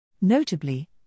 Notably